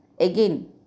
Again